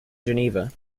geneva